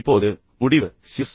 இப்போது முடிவு சியர்ஸ்